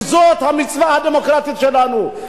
כי זאת המצווה הדמוקרטית שלנו.